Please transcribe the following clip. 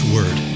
Word